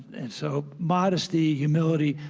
and so modesty, humility,